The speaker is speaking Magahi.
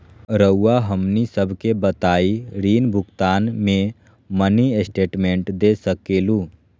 रहुआ हमनी सबके बताइं ऋण भुगतान में मिनी स्टेटमेंट दे सकेलू?